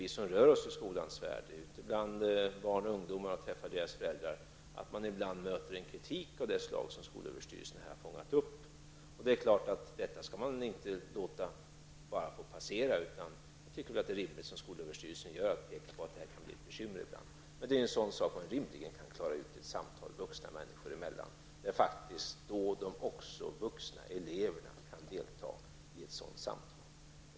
Vi som rör oss i skolans värld, ute bland barn, ungdomar och deras föräldrar, vet ju att man ibland möter kritik av det slag som skolöverstyrelsen har fångat upp här. Det är klart att man inte bara skall låta detta passera, utan det är rimligt att, som skolöverstyrelsen gör, peka på att det här kan bli ett bekymmer ibland. Men detta kan man rimligen klara ut genom ett samtal vuxna människor emellan. Även de vuxna eleverna kan delta i ett sådant samtal.